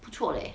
不错 leh